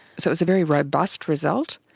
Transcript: so it was a very robust result.